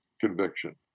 conviction